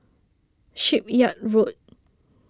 Shipyard Road